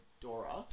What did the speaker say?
Dora